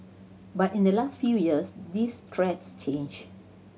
but in the last few years these threats changed